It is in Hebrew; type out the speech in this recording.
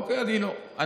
אני, אוקיי, אני לא.